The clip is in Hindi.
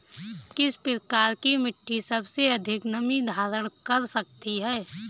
किस प्रकार की मिट्टी सबसे अधिक नमी धारण कर सकती है?